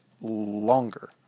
longer